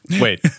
wait